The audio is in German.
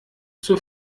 zur